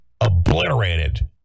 obliterated